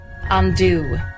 Undo